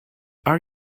are